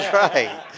right